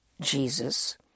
Jesus